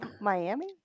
Miami